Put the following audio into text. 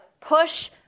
Push